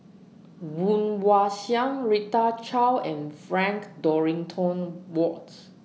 Woon Wah Siang Rita Chao and Frank Dorrington Wards